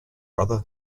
brother